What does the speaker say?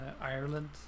Ireland